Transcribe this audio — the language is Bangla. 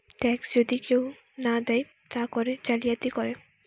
ট্যাক্স যদি কেহু না দেয় তা করে জালিয়াতি করে